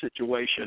situation